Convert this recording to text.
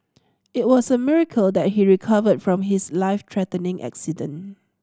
it was a miracle that he recovered from his life threatening accident